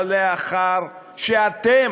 אבל לאחר שאתם,